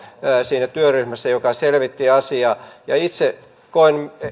siinä työryhmässä joka selvitti asiaa ja itse koen